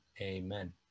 Amen